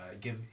give